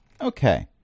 Okay